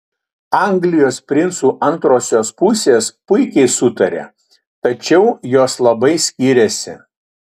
anglijos princų antrosios pusės puikiai sutaria tačiau jos labai skiriasi